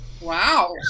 Wow